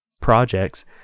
projects